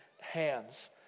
hands